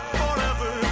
forever